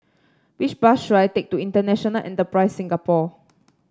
which bus should I take to International Enterprise Singapore